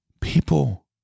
people